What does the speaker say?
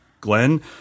Glenn